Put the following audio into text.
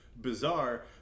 bizarre